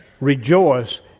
rejoice